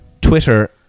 Twitter